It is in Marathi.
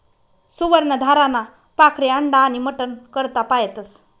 सुवर्ण धाराना पाखरे अंडा आनी मटन करता पायतस